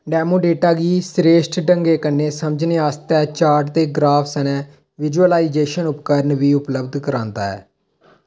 डोमो डेटा गी स्रेश्ठ ढंगै कन्नै समझने आस्तै चार्ट ते ग्राफ सनै विजुअलाइजेशन उपकरण बी उपलब्ध करांदा ऐ